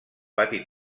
pati